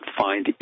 find